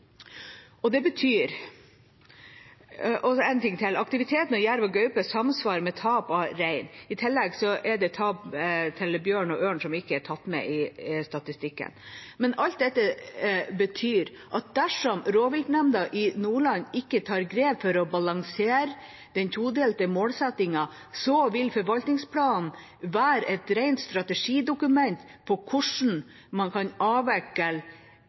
Aktiviteten fra jerv og gaupe samsvarer med tapet av rein. I tillegg er det tap til bjørn og ørn som ikke er tatt med i statistikken. Alt dette betyr at dersom rovviltnemnda i Nordland ikke tar grep for å balansere den todelte målsettingen, vil forvaltningsplanen være et rent strategidokument for hvordan man kan avvikle